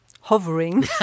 hovering